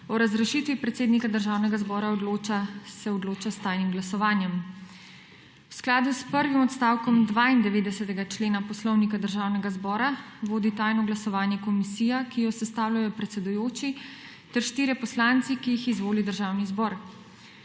o razrešitvi predsednika Državnega zbora se odloča s tajnim glasovanjem. V skladu s prvim odstavkom 92. člena Poslovnika Državnega zbora vodi tajno glasovanje komisija, ki jo sestavljajo predsedujoči ter štirje poslanci, ki jih izvoli Državni zbor.